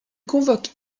convoque